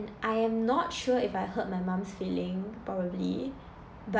I am not sure if I hurt my mum's feeling probably but